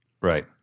Right